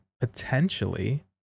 potentially